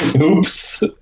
Oops